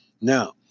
Now